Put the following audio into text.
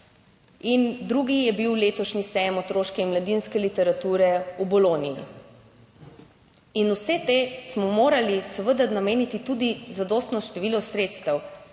In drugi je bil letošnji sejem otroške in mladinske literature v boloniji. In vse te smo morali seveda nameniti tudi zadostno število sredstev,